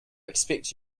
expect